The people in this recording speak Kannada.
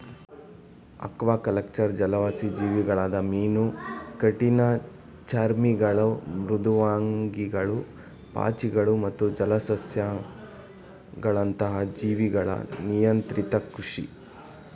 ಅಕ್ವಾಕಲ್ಚರ್ ಜಲವಾಸಿ ಜೀವಿಗಳಾದ ಮೀನು ಕಠಿಣಚರ್ಮಿಗಳು ಮೃದ್ವಂಗಿಗಳು ಪಾಚಿಗಳು ಮತ್ತು ಜಲಸಸ್ಯಗಳಂತಹ ಜೀವಿಗಳ ನಿಯಂತ್ರಿತ ಕೃಷಿ